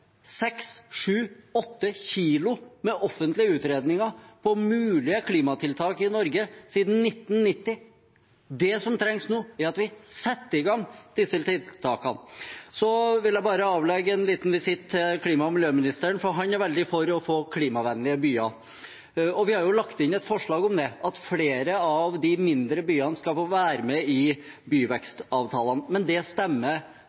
seks, sju, åtte kilo med offentlige utredninger av mulige klimatiltak i Norge siden 1990. Det som trengs nå, er at vi setter i gang disse tiltakene. Jeg vil bare avlegge en liten visitt til klima- og miljøministeren, for han er veldig for å få klimavennlige byer. Vi har lagt inn et forslag om det, at flere av de mindre byene skal få være med i byvekstavtalene, men det stemmer